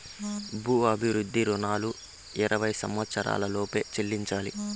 భూ అభివృద్ధి రుణాలు ఇరవై సంవచ్చరాల లోపు చెల్లించాలి